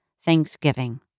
Thanksgiving